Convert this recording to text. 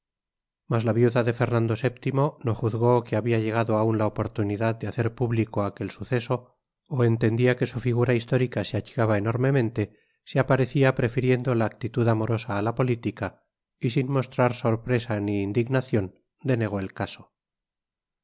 viuda de fernando vii no juzgó que había llegado aún la oportunidad de hacer público aquel suceso o entendía que su figura histórica se achicaba enormemente si aparecía prefiriendo la actitud amorosa a la política y sin mostrar sorpresa ni indignación denegó el caso